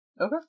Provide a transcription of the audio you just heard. Okay